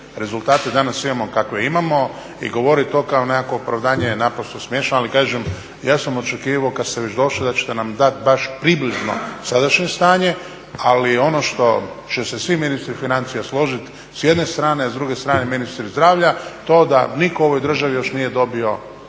Rezultate danas imamo kakve imamo i govoriti to kao nekakvo opravdanje je naprosto smiješno. Ali kažem, ja sam očekivao kad ste već došli da ćete nam dati bar približno sadašnje stanje. Ali ono što će se svi ministri financija složiti s jedne strane, a s druge strane ministri zdravlja, to je da nitko u ovoj državi još nije dobio